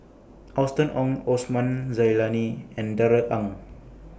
Austen Ong Osman Zailani and Darrell Ang